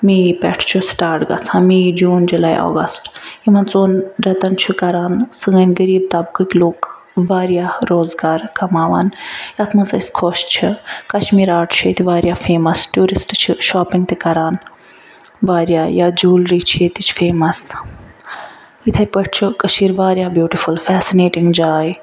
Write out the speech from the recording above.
میے پٮ۪ٹھ چھُ سٹارٹ گژھان میے جوٗن جُلاے اگستہٕ یِمن ژۄن ریٚتن چھِ کران سٲنۍ غریٖب طبقٕق لوٗکھ واریاہ روزگار کماوان یتھ منٛز أسۍ خۄش چھِ کشمیٖر آرٹ چھُ ییٚتہِ واریاہ فیمس ٹیٚوٗرسٹہٕ چھِ شاپِنگ تہِ کران واریاہ یا جیٚوٗلری چھِ یتِچۍ فیمس یتھٔے پٲٹھۍ چھِ کشیٖر واریاہ بیٛوٹِفٕل فیسِنیٹِنٛگ جاے